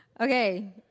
Okay